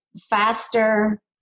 faster